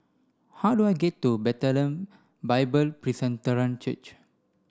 how do I get to Bethlehem Bible Presbyterian Church